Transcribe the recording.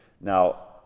Now